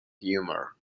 humour